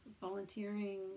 volunteering